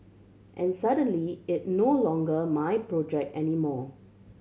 and suddenly it no longer my project anymore